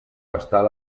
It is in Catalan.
gastar